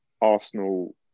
Arsenal